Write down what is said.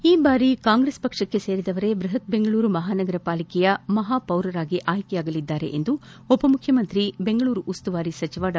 ಈ ಭಾರಿಯೂ ಕಾಂಗ್ರೆಸ್ ಪಕ್ವಕ್ಕೆ ಸೇರಿದವರೇ ಬೃಹತ್ ಬೆಂಗಳೂರು ಮಹಾನಗರ ಪಾಲಿಕೆಯ ಮಹಾಪೌರರಾಗಿ ಆಯ್ಕೆಯಾಗಲಿದ್ದಾರೆ ಎಂದು ಉಪಮುಖ್ಯಮಂತ್ರಿ ಬೆಂಗಳೂರು ಉಸ್ತುವಾರಿ ಡಾ